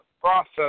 process